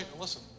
Listen